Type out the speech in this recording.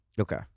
okay